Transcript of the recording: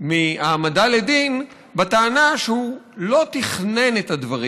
מהעמדה לדין בטענה שהוא לא תכנן את הדברים